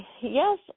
yes